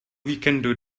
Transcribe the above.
víkendu